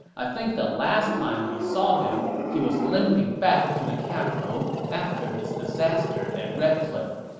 i think the last time we saw him, he was limping back to the capital after his disaster at red cliff.